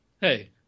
Hey